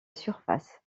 surface